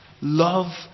Love